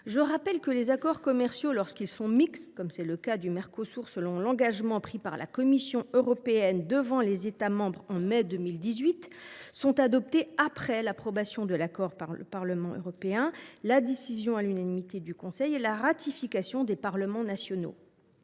Je rappelle que les accords commerciaux, lorsqu’ils sont mixtes, comme c’est le cas de l’accord avec le Mercosur, conformément à l’engagement pris par la Commission européenne devant les États membres au mois de mai 2018, sont adoptés après leur approbation par le Parlement européen, la décision à l’unanimité du Conseil et la ratification par les parlements nationaux.